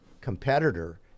competitor